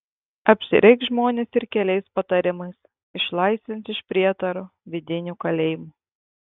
apsireikš žmonės ir keliais patarimais išlaisvins iš prietarų vidinių kalėjimų